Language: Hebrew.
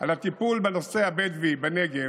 לטיפול בנושא הבדואים בנגב,